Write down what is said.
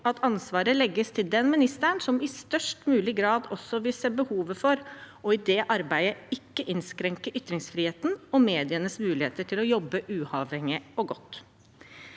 at ansvaret legges til den ministeren som i størst mulig grad ser behovet for i det arbeidet ikke å innskrenke ytringsfriheten og medienes muligheter til å jobbe uavhengig og godt.